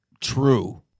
True